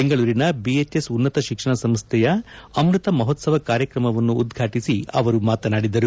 ಬೆಂಗಳೂರಿನ ಬಿಎಚ್ಎಸ್ ಉನ್ನತ ಶಿಕ್ಷಣ ಸಂಸ್ಥೆಯ ಅಮೃತ ಮಹೋತ್ಸವ ಕಾರ್ಯಕ್ರಮವನ್ನು ಉದ್ಘಾಟಿಸ ಅವರು ಮಾತನಾಡಿದರು